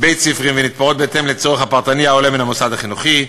בית-ספריים ו"נתפרות" בהתאם לצורך הפרטני העולה מן המוסד החינוכי.